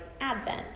Advent